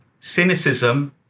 Cynicism